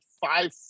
five